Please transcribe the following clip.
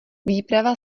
výprava